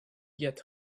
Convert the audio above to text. get